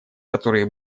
которые